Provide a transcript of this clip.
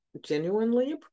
genuinely